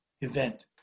event